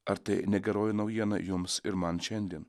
ar tai ne geroji naujiena jums ir man šiandien